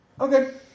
Okay